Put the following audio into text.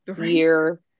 year